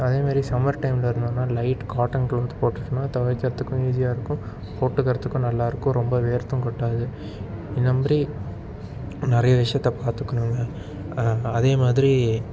அதே மாதிரி சம்மர் டைமில் என்னென்னா லைட் காட்டன் க்ளாத் போட்டுட்டோம்ன்னா துவைக்கிறதுக்கும் ஈஸியாக இருக்கும் போட்டுக்கிறதுக்கும் நல்லா இருக்கும் ரொம்ப வேர்த்தும் கொட்டாது இந்த மாதிரி நிறையா விஷயத்தை பார்த்துக்கணும்ல அதே மாதிரி